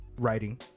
writing